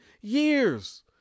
years